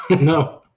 No